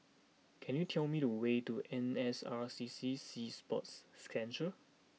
can you tell me the way to N S R C C Sea Sports Centre